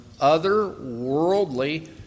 otherworldly